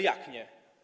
Jak nie?